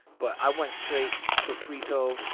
but i went straight sofrito,